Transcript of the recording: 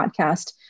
podcast